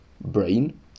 BRAIN